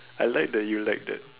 I like that you like that